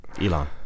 Elon